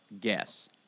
guess